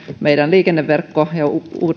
meidän liikenneverkko ja